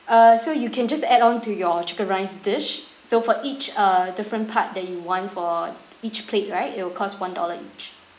err so you can just add on to your chicken rice dish so for each uh different part that you want for each plate right it'll cost one dollar each